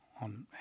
on